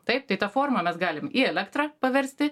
taip tai tą formą mes galim į elektrą paversti